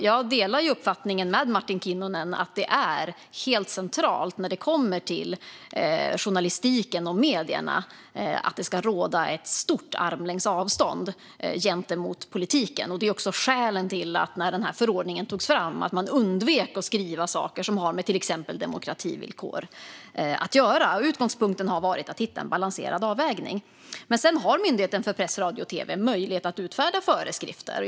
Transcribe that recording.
Jag delar Martin Kinnunens uppfattning att det är helt centralt att det ska råda ett stort armlängds avstånd mellan politiken och journalistik och medier. Det är också skälet till att man undvek att skriva saker som har med till exempel demokrativillkor att göra när förordningen togs fram. Utgångspunkten har varit att hitta en balanserad avvägning. Myndigheten för press, radio och tv har sedan möjlighet att utfärda föreskrifter.